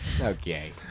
Okay